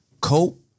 cope